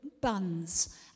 buns